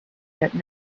that